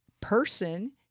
person